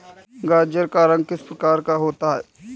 गाजर का रंग किस प्रकार का होता है?